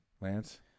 Lance